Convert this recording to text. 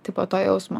tipo to jausmo